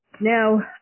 Now